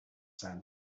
sand